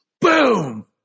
boom